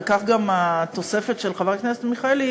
וכך גם התוספת של חברת הכנסת מיכאלי,